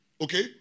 okay